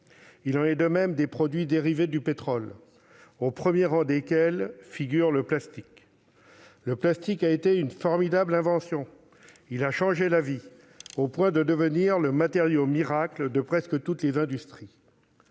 Il en va de même des produits dérivés du pétrole, au premier rang desquels figure le plastique. Le plastique a été une formidable invention, il a changé nos vies, au point de devenir le matériau miracle de presque toutes les industries.